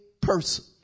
person